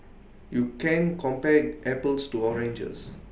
you can't compare apples to oranges